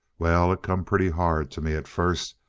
well, it come pretty hard to me at first.